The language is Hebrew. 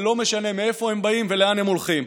ולא משנה מאיפה הם באים ולאן הם הולכים.